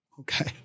Okay